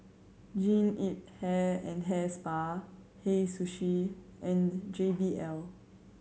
Jean Yip Hair and Hair Spa Hei Sushi and the J B L